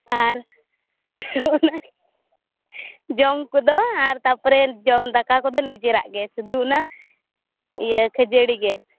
ᱟᱨ ᱚᱱᱟ ᱡᱚᱢ ᱠᱚᱫᱚ ᱟᱨ ᱛᱟᱯᱚᱨᱮ ᱡᱚᱢ ᱫᱟᱠᱟ ᱠᱚᱫᱚ ᱱᱤᱡᱚᱨᱟᱜ ᱜᱮ ᱥᱩᱫᱩ ᱚᱱᱟ ᱤᱭᱟ ᱠᱷᱟ ᱡᱟ ᱲᱤ ᱜᱮ